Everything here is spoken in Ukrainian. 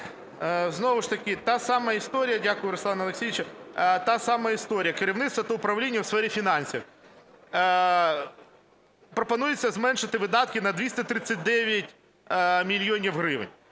Знову ж таки та сама історія. Дякую, Руслан Олексійович. Та сама історія: керівництво та управління у сфері фінансів, пропонується зменшити видатки на 239 мільйонів гривень.